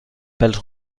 pèls